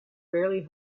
rarely